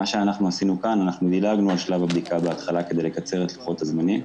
כאן דילגנו על שלב הבדיקה בהתחלה כדי לקצר את לוחות הזמנים.